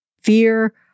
fear